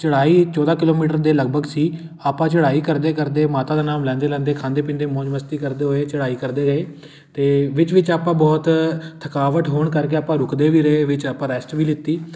ਚੜ੍ਹਾਈ ਚੌਦਾਂ ਕਿਲੋਮੀਟਰ ਦੇ ਲਗਭਗ ਸੀ ਆਪਾਂ ਚੜ੍ਹਾਈ ਕਰਦੇ ਕਰਦੇ ਮਾਤਾ ਦਾ ਨਾਮ ਲੈਂਦੇ ਲੈਂਦੇ ਖਾਂਦੇ ਪੀਂਦੇ ਮੌਜ ਮਸਤੀ ਕਰਦੇ ਹੋਏ ਚੜ੍ਹਾਈ ਕਰਦੇ ਗਏ ਅਤੇ ਵਿੱਚ ਵਿੱਚ ਆਪਾਂ ਬਹੁਤ ਥਕਾਵਟ ਹੋਣ ਕਰਕੇ ਆਪਾਂ ਰੁਕਦੇ ਵੀ ਰਹੇ ਵਿੱਚ ਆਪਾਂ ਰੈਸਟ ਵੀ ਲਿਤੀ